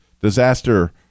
disaster